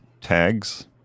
tags